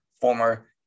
former